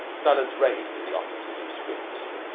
silence reigned in the offices of squibs.